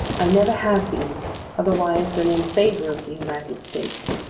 i never have been otherwise than in favour of the united states.